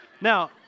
Now